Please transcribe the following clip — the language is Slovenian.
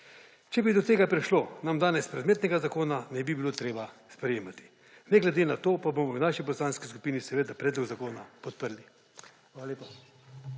Če bi do tega prišlo, nam danes predmetnega zakona ne bi bilo treba sprejemati. Ne glede na to bomo v naši poslanski skupini seveda predlog zakona podprli. Hvala lepa.